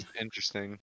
interesting